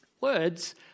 Words